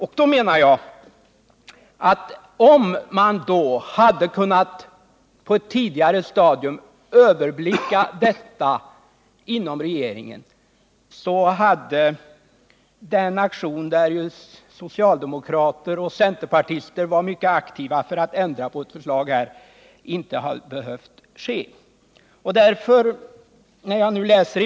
Om man inom regeringen på ett tidigare stadium hade kunnat överblicka detta, så skulle socialdemokraternas och centerpartisternas aktion för att ändra på detta förslag inte ha varit nödvändig.